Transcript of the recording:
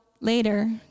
Later